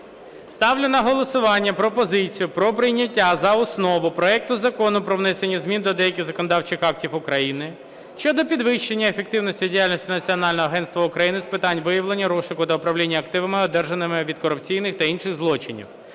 Ставлю на голосування пропозицію про прийняття за основу проекту Закону про внесення змін до деяких законодавчих актів України щодо підвищення ефективності діяльності Національного агентства України з питань виявлення, розшуку та управління активами, одержаними від корупційних та інших злочинів